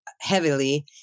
heavily